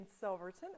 Silverton